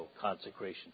consecration